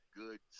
good